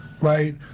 right